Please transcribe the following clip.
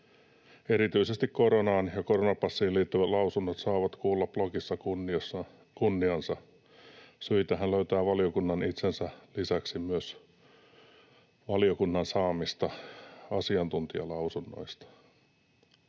Erityisesti koronaan ja koronapassiin liittyvät lausunnot saavat kuulla blogissa kunniansa. Syitä hän löytää valiokunnan itsensä lisäksi myös valiokunnan saamista asiantuntijalausunnoista.